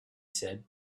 said